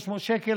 300 שקל,